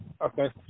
Okay